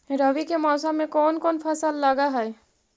रवि के मौसम में कोन कोन फसल लग है?